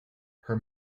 her